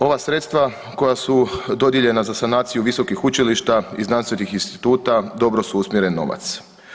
Ova sredstva koja su dodijeljena za sanaciju visokih učilišta i znanstvenih instituta dobro su usmjeren novac.